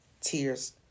tears